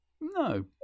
No